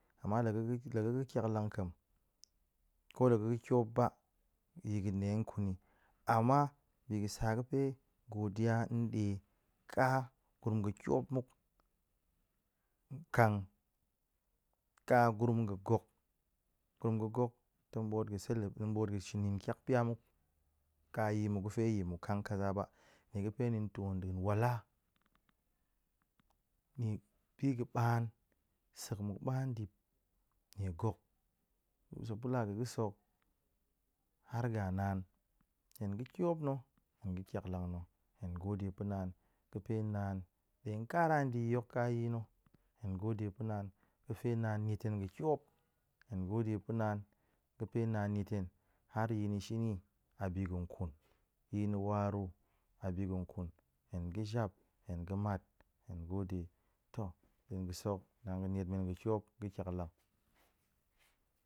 Ama laga la ga̱ ga̱ tiaklang nƙam ko la ga̱ tiop ba yi ga̱ ɗe kun yi, ama bi ga̱ ga̱ godiya nḏe ka gurum ga̱ tiop mu kan ka gurum ga̱ gok, gurum gok tong ɓoot pa̱ celebra tong ɓoot pa̱ nin tiak pia muk a yi muk ga̱fe yi muk kang kaza ba, nie ga̱pe nin to ɗa̱a̱n wala nie bi ga̱ ɓa̱a̱n, sek muk ɓa̱a̱n dip nie gok, sopula ga̱sek hok har ga̱ naan hen ga̱ tiop na̱, hen ga̱ tyaklang na̱, hen gode pa̱ naan ga̱pe naan ɗe kara ndi yi hok ka yi na̱, hen gode pa̱ naan ga̱pe naan niet hen ga̱ tiop, hen gode pa̱ naan ga̱pe naan niet hen har yi na̱ shini a bi ga̱n kun, yi na̱ waru a bi ga̱n kun, hen ga̱ jap, hen ga̱ mat, hen gode, to nɗa̱a̱n ga̱sek hok, naan ga̱ niet men ga̱ tiop ga̱ tyaklang